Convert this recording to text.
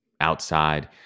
outside